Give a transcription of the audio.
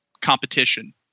competition